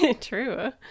true